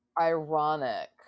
ironic